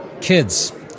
Kids